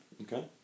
Okay